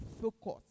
focus